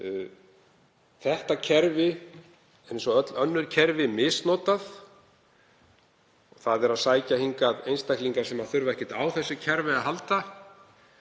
Þetta kerfi, eins og öll önnur kerfi, er misnotað. Hingað sækja einstaklingar sem þurfa ekkert á þessu kerfi að halda